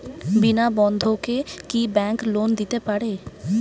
বিনা বন্ধকে কি bank loan দিতে পারে?